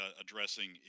addressing